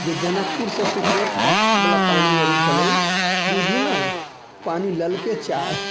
जे जनकपुरसँ सिकरेट फैक्टरीवला पानी अबै छलै बूझू ने पानी ललके चाइ